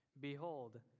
Behold